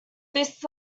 this